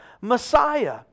Messiah